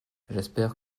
j’espère